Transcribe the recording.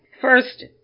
First